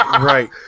Right